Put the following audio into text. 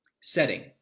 Setting